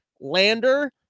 lander